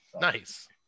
nice